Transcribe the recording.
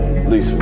Lisa